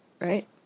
right